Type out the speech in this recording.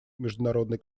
международный